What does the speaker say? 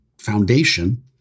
foundation